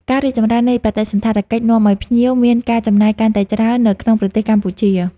ការរីកចម្រើននៃបដិសណ្ឋារកិច្ចនាំឲ្យភ្ញៀវមានការចំណាយកាន់តែច្រើននៅក្នុងប្រទេសកម្ពុជា។